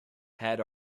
had